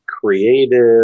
creative